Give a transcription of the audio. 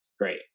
Great